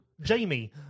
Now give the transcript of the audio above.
Jamie